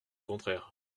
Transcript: contraire